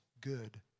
good